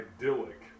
idyllic